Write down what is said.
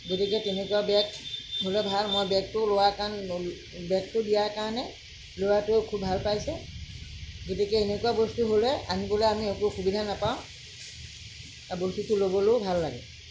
গতিকে তেনেকুৱা বেগ হ'লে ভাল মই বেগটো লোৱা কাৰণ বেগটো দিয়াৰ কাৰণে ল'ৰাটোৱে খুব ভাল পাইছে গতিকে এনেকুৱা বস্তু হ'লে আনিবলৈ আমি একো অসুবিধা নেপাওঁ আৰু বস্তুটো ল'বলৈও ভাল লাগে